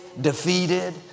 defeated